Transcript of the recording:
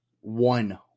one